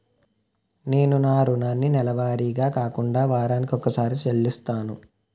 నేను నా రుణాన్ని నెలవారీగా కాకుండా వారాని కొక్కసారి చెల్లిస్తున్నాను